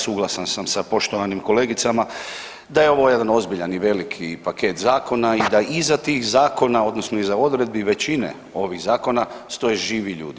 Suglasan sam sa poštovanim kolegicama da je ovo jedan ozbiljan i veliki paket zakona i da iza tih zakona odnosno iza odredbi većine ovih zakona stoje živi ljudi.